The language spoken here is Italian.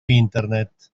internet